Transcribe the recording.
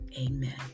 Amen